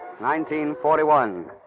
1941